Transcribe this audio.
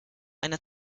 einer